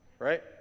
right